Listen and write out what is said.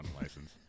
license